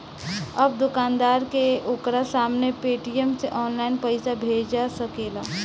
अब दोकानदार के ओकरा सामने पेटीएम से ऑनलाइन पइसा भेजा सकेला